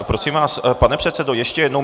Prosím vás, pane předsedo, ještě jednou.